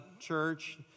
church